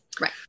Right